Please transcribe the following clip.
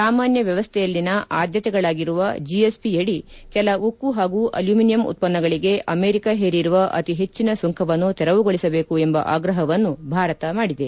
ಸಾಮಾನ್ಯ ವ್ಯವಸ್ಥೆಯಲ್ಲಿನ ಅಡ್ಡತೆಗಳಾಗಿರುವ ಜಿಎಸ್ಪಿ ಅಡಿ ಕೆಲ ಉಕ್ಕು ಹಾಗೂ ಅಲೂಮಿನಿಯಂ ಉತ್ಪನ್ನಗಳಿಗೆ ಅಮೆರಿಕಾ ಹೇರಿರುವ ಅತಿ ಹೆಚ್ಚಿನ ಸುಂಕವನ್ನು ತೆರವುಗೊಳಿಸಬೇಕು ಎಂಬ ಆಗ್ರಹವನ್ನು ಭಾರತ ಮಾಡಿದೆ